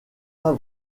pas